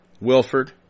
Wilford